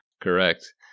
Correct